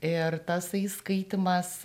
ir tasai skaitymas